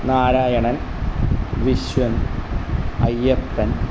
Narayanan Vishwan Ayyappan